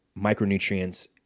micronutrients